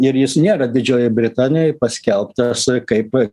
ir jis nėra didžiojoj britanijoj paskelbtas kaip